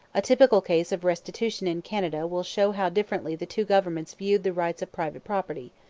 a typical case of restitution in canada will show how differently the two governments viewed the rights of private property.